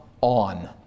on